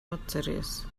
atceries